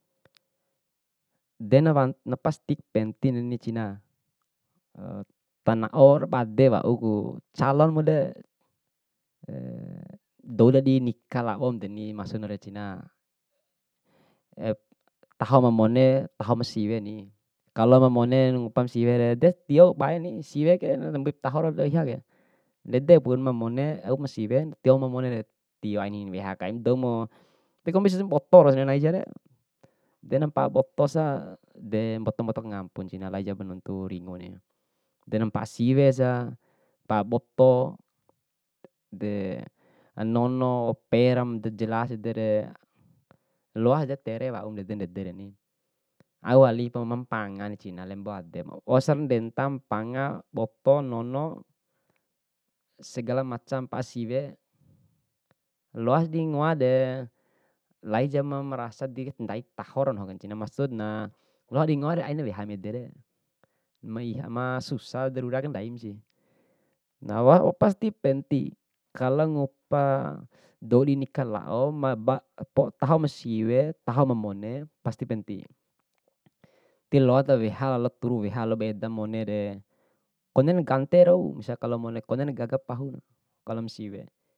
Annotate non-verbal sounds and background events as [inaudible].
de nawa na pastiku pentingnani cina, tanao rabade wauku calonmude [hesitation] dou di nika la'om deni maksudre cina, [hesitation] taho ma mone taho masiwe ni, kalo ma mone ngupa ma siwere de tio kabae siwe re na mbuipu taho ato ihake. Ndedepu ma mone au masiwen tio ma monere, tio angi weha kaim doumo kombisi naboto sanai nai siare, de nampaa boto sa de mboto mboto kangampu cina laijana mpaa nuntu ringuni, de nampaa siwe sia, mpaaboto de nanono pe ra mada jelas edere, loasde tere wau mandende ndedereni. Au walipu mampanga ni cina, lembo ademu, waur sambentamu panga, boto, nono, segala macam mpaa siwe, loas dingoade laija mama rasa diri ndaiku taho nahuke cina, maksudnya loa dingoa aina diweha mandedere. Na wau pasti penti kalo ngupa doudinika lao taho masiwe taho mamone pasti penti, tiloa ta weha lalo turu weha lola ba edamu monere, konena ganteng rau misal kalo mamone, konena gaga pahu kalo ma siwe.